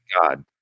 God